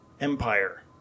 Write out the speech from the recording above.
empire